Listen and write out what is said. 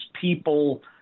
people